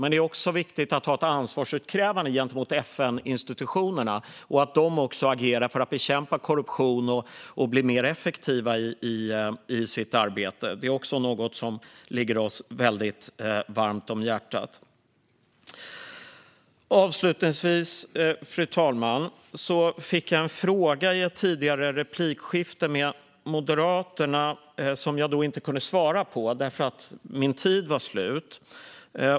Men det är viktigt att ha ett ansvarsutkrävande gentemot FN-institutionerna, för att de ska agera för att bekämpa korruption och bli mer effektiva i sitt arbete. Det ligger oss varmt om hjärtat. Fru talman! Avslutningsvis vill jag svara på en fråga jag fick i ett tidigare replikskifte med Moderaterna. Jag kunde inte svara på den då, eftersom min tid var slut.